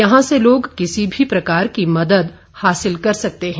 यहां से लोग किसी भी प्रकार की मदद हासिल कर सकते हैं